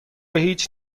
هیچ